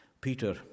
Peter